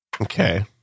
Okay